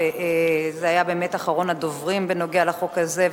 זה היה באמת אחרון הדוברים בנוגע לחוק הזה.